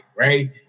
Right